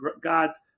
God's